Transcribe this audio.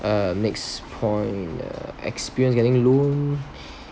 uh next point the experience getting loan